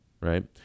right